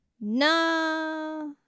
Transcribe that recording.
Nah